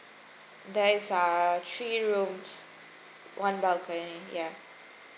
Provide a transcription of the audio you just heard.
there is uh three rooms one balcony ya